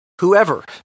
whoever